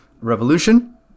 revolution